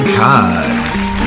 cards